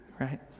right